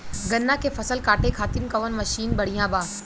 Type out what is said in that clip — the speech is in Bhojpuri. गन्ना के फसल कांटे खाती कवन मसीन बढ़ियां बा?